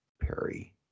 Perry